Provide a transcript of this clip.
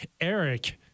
Eric